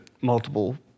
multiple